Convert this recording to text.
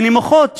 ברמה נמוכה,